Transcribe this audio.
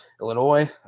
Illinois